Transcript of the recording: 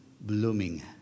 blooming